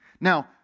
Now